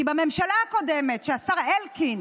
כי בממשלה הקודמת, כשהשר אלקין